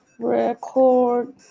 Record